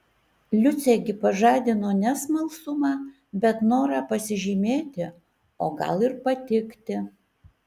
liucė gi pažadino ne smalsumą bet norą pasižymėti o gal ir patikti